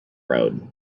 road